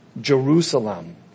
Jerusalem